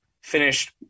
finished